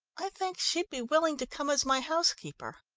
i think she'd be willing to come as my housekeeper.